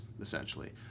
essentially